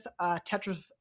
Tetris